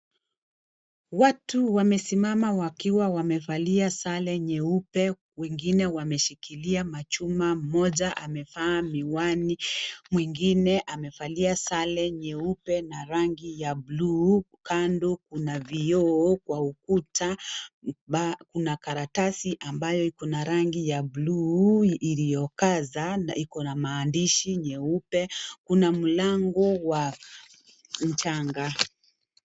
Watu wamesimama wakiwa wamevalia sare nyeupe, wengine wameshikilia machuma, moja amevaa miwani, wengine amefalia sare nyeupe na rangi ya bluu. Kando kuna vioo kwa ukuta, kuna karatasi ambayo ikona rangi ya bluu iliyokaza na ikona maandishi nyeupe. Kuna mlango wa mchanga.